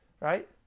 Right